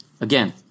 Again